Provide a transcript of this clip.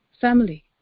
family